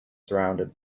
surrounded